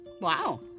Wow